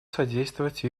содействовать